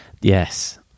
Yes